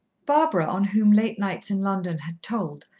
barbara, on whom late nights in london had told,